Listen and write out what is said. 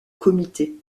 comité